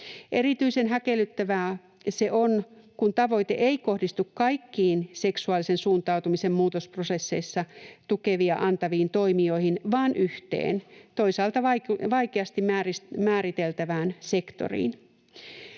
Erityisen häkellyttävää se on, kun tavoite ei kohdistu kaikkiin seksuaalisen suuntautumisen muutosprosesseissa tukea antaviin toimijoihin vaan yhteen, toisaalta vaikeasti määriteltävään sektoriin.